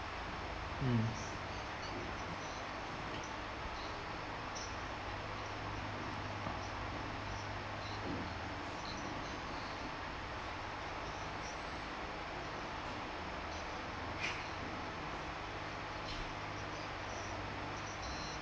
mm